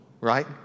right